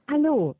Hallo